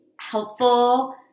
helpful